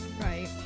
Right